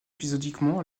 épisodiquement